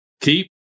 keep